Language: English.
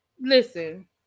Listen